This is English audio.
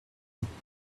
thought